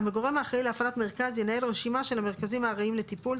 הגורם האחראי להפעלת מרכז ינהל רשימה של המרכזים הארעיים לטיפול,